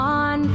on